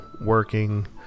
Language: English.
working